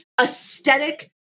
aesthetic